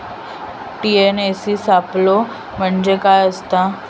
TNAU सापलो म्हणजे काय असतां?